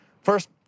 First